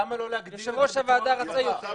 יושב ראש הועדה רצה יותר.